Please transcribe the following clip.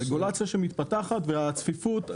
רגולציה שמתפתחת והצפיפות.